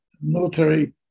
military